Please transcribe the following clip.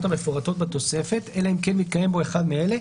המפורטות בתוספת אלא אם כן מתקיים בו אחד מאלה,